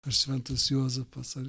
ar šventas juozapas ar